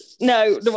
No